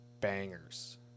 bangers